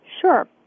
Sure